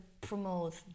promote